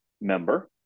member